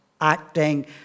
acting